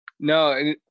No